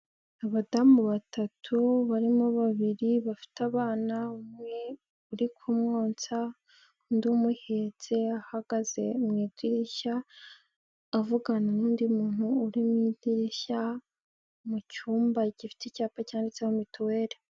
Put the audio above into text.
Abadamu batatu barimo babiri bafite abana, umwe uri kumwonsa, undi umuhetse ahagaze mu idirishya avugana n'undi muntu uri mu idirishya mu cyumba gifite icyapa cyanditseho mituweri.